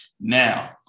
Now